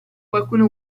qualcuno